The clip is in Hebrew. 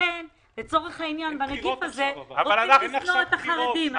לכן לצורך העניין בנגיף הזה רוצים לשנוא את החרדים.